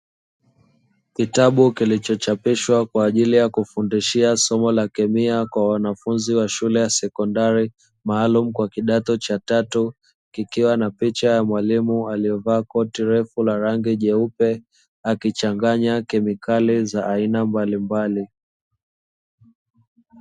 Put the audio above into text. Kitabu kilichochapishwa kwa ajili ya kufundishia somo la kemia kwa wanafunzi wa shule ya sekondari, maalumu kwa kidato cha tatu, kikiwa na picha ya mwalimu aliyevaa koti refu la rangi nyeupe, akichanganya kemikali za aina mbalimbali.